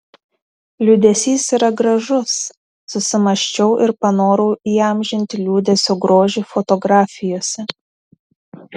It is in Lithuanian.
liūdesys yra gražus susimąsčiau ir panorau įamžinti liūdesio grožį fotografijose